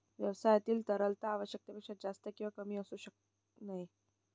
व्यवसायातील तरलता आवश्यकतेपेक्षा जास्त किंवा कमी असू नये